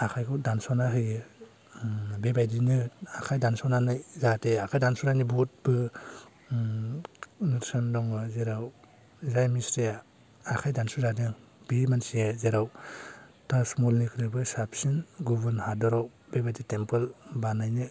आखायखौ दानस'ना होयो बेबायदिनो आखाय दानस'नानै जाहाते आखाय दानस'नानै बहुतबो नेरसोन दङ जेराव जाय मिस्त्रीया आखाय दानस'जादों बे मानसिया जेराव ताजमहलनिख्रुइबो साबसिन गुबुन हादराव बेबायदि तेमपोल बानायनो